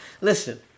Listen